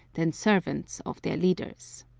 than servants of their leaders.